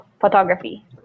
photography